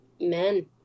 men